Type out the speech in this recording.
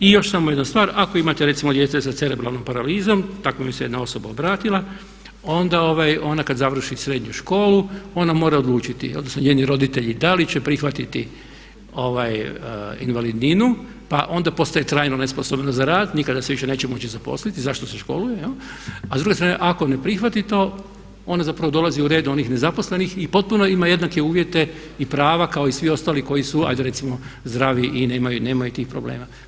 I još samo jedna stvar, ako imate recimo djece sa cerebralnom paralizom takva mi se jedna osoba obratila onda ona kad završi srednju školu ona mora odlučiti, odnosno njeni roditelji da li će prihvatiti invalidninu pa onda postaje trajno nesposobna za rad, nikada se više neće moći zaposliti i zašto se školuje, a s druge strane ako ne prihvati to ona zapravo dolazi u red onih nezaposlenih i potpuno ima jednake uvjete i prava kao i svi ostali koji su ajde recimo zdravi i nemaju tih problema.